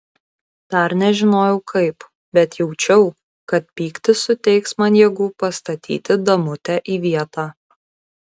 dar nežinojau kaip bet jaučiau kad pyktis suteiks man jėgų pastatyti damutę į vietą